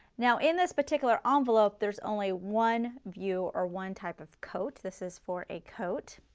now in this particular um envelope there is only one view or one type of coat, this is for a coat